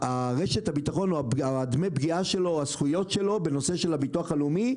רשת הביטחון או דמי הפגיעה שלו או הזכויות שלו בנושא ביטוח לאומי,